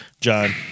John